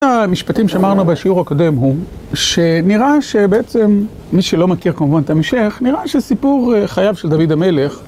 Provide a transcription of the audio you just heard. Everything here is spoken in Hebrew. אחד המשפטים שאמרנו בשיעור הקודם הוא שנראה שבעצם, מי שלא מכיר כמובן את ההמשך, נראה שסיפור חייו של דוד המלך